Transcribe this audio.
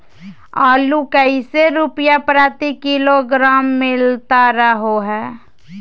आलू कैसे रुपए प्रति किलोग्राम मिलता रहा है?